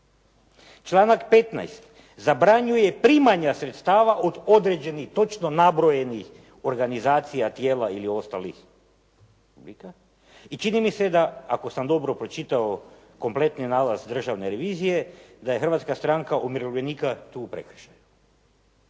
Članak 15. zabranjuje primanje sredstava od određenih točno nabrojenih organizacija, tijela ili ostalih … /Ne razumije se./ … i čini mi se da ako sam dobro pročitao kompletni nalaz Državne revizije, da je Hrvatska stranka umirovljenika tu u prekršaju.